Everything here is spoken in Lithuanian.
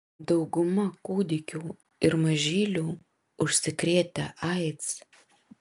dauguma kūdikių ir mažylių užsikrėtę aids